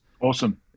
Awesome